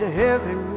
heavy